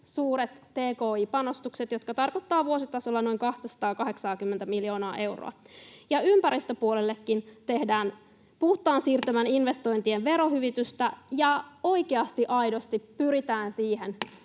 suuret tki-panostukset, jotka tarkoittavat vuositasolla noin 280 miljoonaa euroa. Ympäristöpuolellekin tehdään puhtaan siirtymän investointien verohyvitystä. Ja oikeasti, aidosti pyritään siihen,